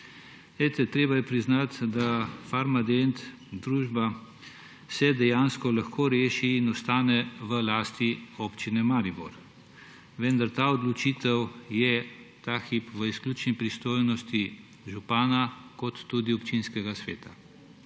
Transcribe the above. treba je priznati, da se družba Farmadent dejansko lahko reši in ostane v lasti Občine Mariboru, vendar ta odločitev je ta hip v izključni pristojnosti župana kot tudi občinskega sveta.